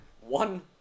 one